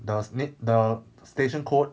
the need the station code